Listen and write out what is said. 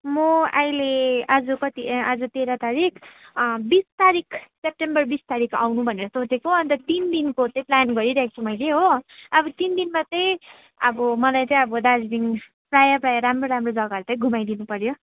म अहिले आज कति ए अँ तेह्र तारिक बिस तारिक सेप्टेम्बर बिस तारिक आउनु भनेर सोचेको अन्त तिन दिनको चाहिँ प्लान गरिरहेको छु मैले हो अब तिन दिनमा चाहिँ अब मलाई चाहिँ अब दार्जिलिङ प्रायः प्रायः राम्रो राम्रो जग्गाहरू त्यही घुमाइदिनु पऱ्यो